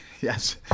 yes